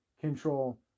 control